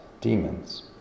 demons